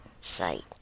site